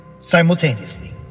simultaneously